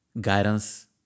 guidance